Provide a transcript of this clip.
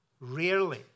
rarely